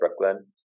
brooklyn